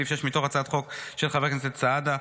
2. סעיף 4(ב) מתוך הצעת חוק של חבר הכנסת משה סעדה,